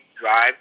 drive